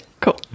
cool